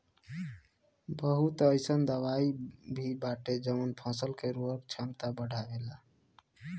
बहुत अईसन दवाई भी बाटे जवन फसल के उर्वरक क्षमता बढ़ावेला